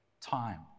time